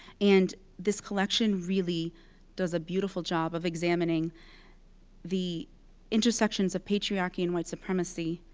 and this collection really does a beautiful job of examining the intersections of patriarchy and white supremacy,